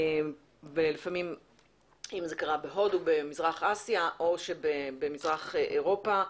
זה קרה בהודו, במזרח אסיה או במזרח אירופה,